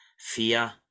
fear